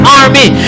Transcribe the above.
army